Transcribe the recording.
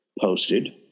posted